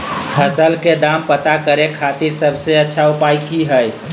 फसल के दाम पता करे खातिर सबसे अच्छा उपाय की हय?